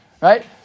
right